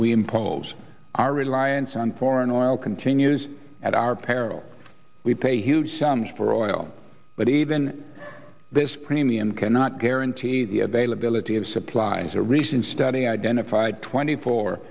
we impose our reliance on foreign oil continues at our peril we pay huge sums for oil but even this premium cannot guarantee the availability of supplies a recent study identified twenty four